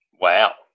Wow